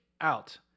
out